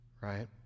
right